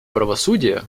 правосудия